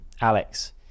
Alex